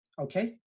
Okay